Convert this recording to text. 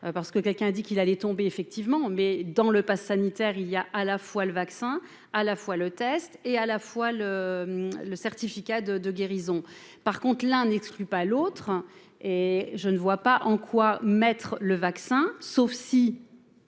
parce que quelqu'un dit qu'il allait tomber effectivement, mais dans le passe sanitaire, il y a à la fois le vaccin à la fois le test et à la fois le le certificat de de guérison par contre, l'un n'exclut pas l'autre et je ne vois pas en quoi mettre le vaccin sauf si.